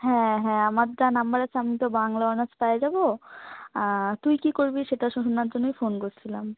হ্যাঁ হ্যাঁ আমার যা নাম্বার আছে আমি তো বাংলা অনার্স পেয়ে যাবো তুই কী করবি সেটা শুধানোর জন্যই ফোন করছিলাম